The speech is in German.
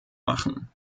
machen